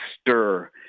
stir